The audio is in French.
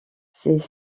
ces